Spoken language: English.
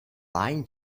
lying